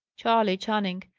charley channing.